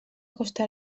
costa